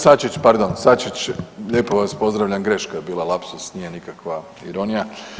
Sačić, pardon Sačić, lijepo vas pozdravljam, greška je bila alapsus, nije nikakva ironija.